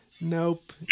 Nope